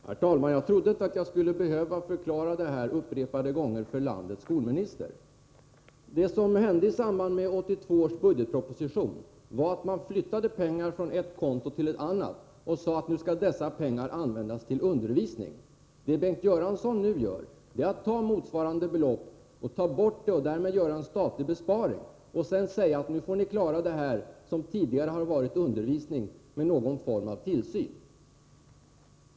Herr talman! Jag trodde inte att jag skulle behöva förklara detta upprepade gånger för landets skolminister. Det som hände i samband med 1982 års budgetproposition var att man flyttade pengar från ett konto till ett annat och sade att dessa pengar skulle användas till undervisning. Det Bengt Göransson nu gör är att ta bort motsvarande belopp och därmed göra en statlig besparing. Sedan säger han att nu får ni klara det som tidigare varit undervisning med någon form av tillsyn.